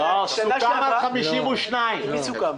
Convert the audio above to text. לא, סוכם על 52. עם מי סוכם?